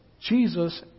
Jesus